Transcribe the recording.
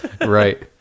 right